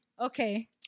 Okay